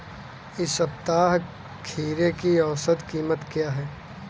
इस सप्ताह खीरे की औसत कीमत क्या है?